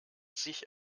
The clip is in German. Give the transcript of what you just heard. sich